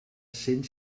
cent